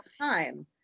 time